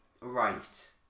right